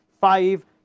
five